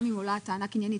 גם אם עולה הטענה הקניינית,